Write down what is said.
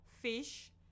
fish